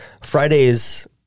Fridays